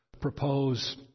propose